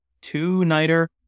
Two-nighter